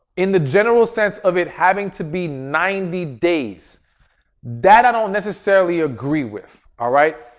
in the general sense of it having to be ninety days that i don't necessarily agree with, all right.